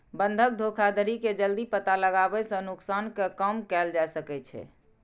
बंधक धोखाधड़ी के जल्दी पता लगाबै सं नुकसान कें कम कैल जा सकै छै